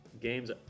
games